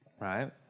right